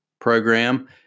program